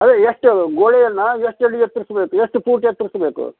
ಅದೇ ಎಷ್ಟು ಗೋಡೆಯನ್ನು ಎಷ್ಟು ಅಡಿ ಎತ್ತರಿಸ್ಬೇಕು ಎಷ್ಟು ಫೂಟ್ ಎತ್ತರಿಸ್ಬೇಕು